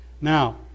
Now